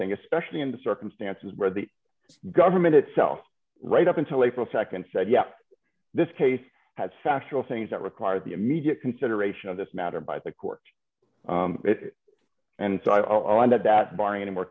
thing especially in the circumstances where the government itself right up until april nd said yes this case has factual things that require the immediate consideration of this matter by the court and so i'll end up that barring any more